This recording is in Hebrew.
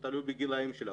זה תלוי בגילים של הפורשים,